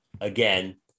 Again